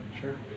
Sure